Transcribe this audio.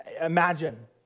imagine